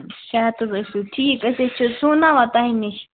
شےٚ ہتھ حظ ٲسوٕ ٹھیٖک ٲسۍ حظ چھا سُوناوان تۄہہِ نِش